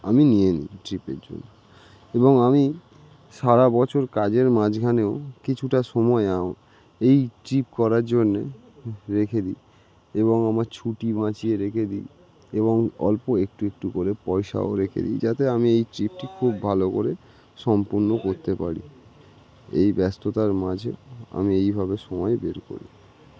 আমি নিয়ে নিই ট্রিপের জন্য এবং আমি সারা বছর কাজের মাঝখানেও কিছুটা সময় এই ট্রিপ করার জন্যে রেখে দিই এবং আমার ছুটি বাঁচিয়ে রেখে দিই এবং অল্প একটু একটু করে পয়সাও রেখে দিই যাতে আমি এই ট্রিপটি খুব ভালো করে সম্পূর্ণ করতে পারি এই ব্যস্ততার মাঝে আমি এইভাবে সময় বের করি